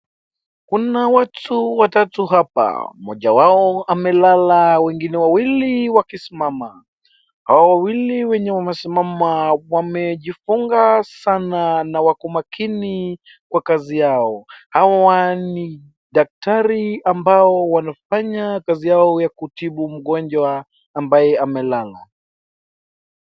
Kuna watu watatu hapa, mmoja wao amelala wengine wawili wakisimama. Hao wawili wenye wamesimama wamejifunga sana na wako makini kwa kazi yao. Hawa ni daktari ambao wanafanya kazi yao ya kutibu mgonjwa ambaye amelala.